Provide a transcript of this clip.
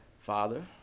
Father